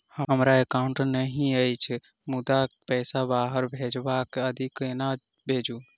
हमरा एकाउन्ट नहि अछि मुदा पैसा बाहर भेजबाक आदि केना भेजू?